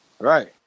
Right